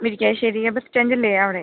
മുരിക്കാശ്ശേരിയിലെ bus stand ഇല്ലേ അവിടെ